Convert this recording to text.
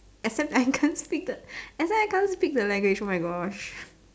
except I can't speak the except I can't speak the language oh my gosh